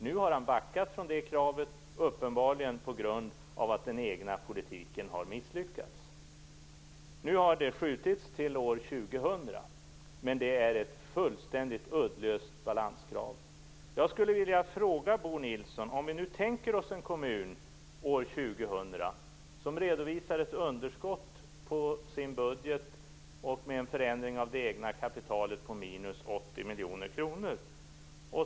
Nu har han backat från det kravet, uppenbarligen på grund av att den egna politiken har misslyckats. Det kravet har nu skjutits till år 2000. Det är ett fullkomligt uddlöst balanskrav. Jag skulle vilja ställa en fråga till Bo Nilsson. Vi tänker oss nu en kommun år 2000 som redovisar ett underskott i sin budget med en förändring av det egna kapitalet på minus 80 miljoner kronor.